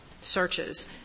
searches